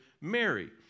Mary